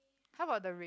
how about the radio